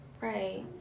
Right